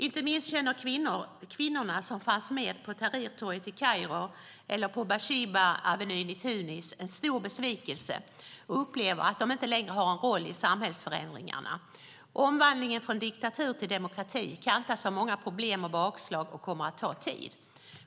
Inte minst känner kvinnorna som fanns med på Tahrirtorget i Kairo eller på Bushibaavenyn i Tunis en stor besvikelse och upplever att de inte längre har en roll i samhällsförändringarna. Omvandlingen från diktatur till demokrati kantas av många problem och bakslag och kommer att ta tid.